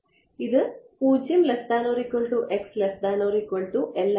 ഇത് ആകുന്നു